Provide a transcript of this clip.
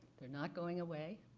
they're not going away.